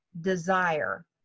desire